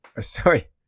Sorry